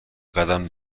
قدم